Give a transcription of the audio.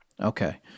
Okay